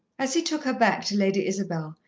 as he took her back to lady isabel,